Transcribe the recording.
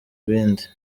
ibindi